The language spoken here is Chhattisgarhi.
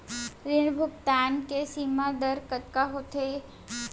ऋण भुगतान के सीमा दर कतका होथे?